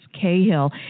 Cahill